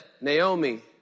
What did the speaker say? Naomi